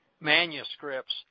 manuscripts